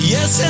Yes